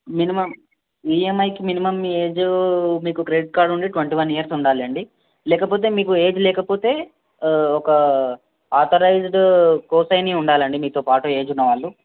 minimum ఈఎంఐకి minimum age మీకు credit card ఉండి ట్వంటీ వన్ ఇయర్స్ ఉండాలండి లేకపోతే మీకు ఏజ్ లేకపోతే ఒక ఆథరైజ్డ్ కోసైన్ ఉండాలండి మీతో పాటు ఏజ్ ఉన్నవాళ్ళు